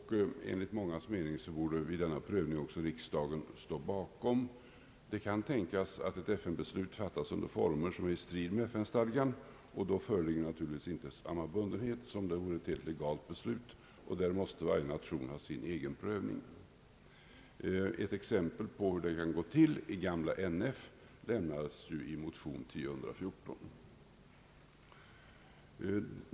Enligt mångas mening borde också riksdagen vara med vid denna prövning. Det kan tänkas att ett FN-beslut fattas under former som står i strid med FN stadgan, och då föreligger naturligtvis inte samma bundenhet som om det vore ett helt legalt beslut. Här måste varje nation företa sin egen prövning. Ett exempel på hur det kunde gå till i gamla NF lämnas i motion 1: 1014.